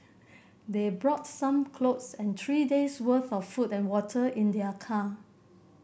they brought some clothes and three days worth of food and water in their car